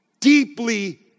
deeply